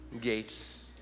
gates